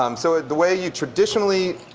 um so the way you traditionally